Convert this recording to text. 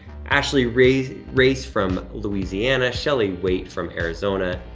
ashley race race from louisiana, shelley waite from arizona,